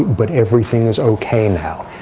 but everything is ok now.